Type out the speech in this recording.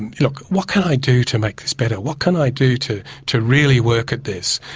and look what can i do to make this better, what can i do to to really work at this?